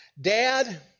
Dad